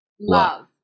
love